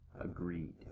Agreed